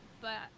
but-